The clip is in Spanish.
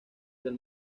del